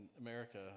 America